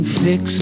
fix